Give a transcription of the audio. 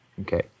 Okay